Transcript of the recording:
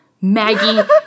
Maggie